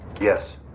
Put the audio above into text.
Yes